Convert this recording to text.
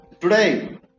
today